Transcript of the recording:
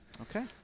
Okay